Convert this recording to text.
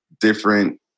different